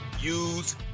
use